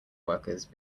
workers